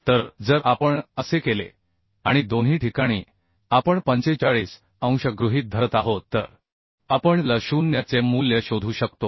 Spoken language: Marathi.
तर जर आपण असे केले आणि दोन्ही ठिकाणी आपण 45 अंश गृहीत धरत आहोत तर आपण L0 चे मूल्य शोधू शकतो